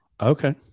Okay